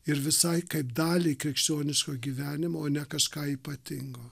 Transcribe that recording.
ir visai kaip dalį krikščioniško gyvenimo o ne kažką ypatingo